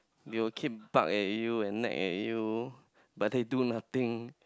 they'll keep bark at you and nag at you but they do nothing